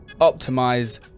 optimize